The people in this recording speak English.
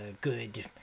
good